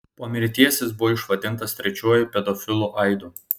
po mirties jis buvo išvadintas trečiuoju pedofilu aidu